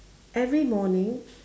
every morning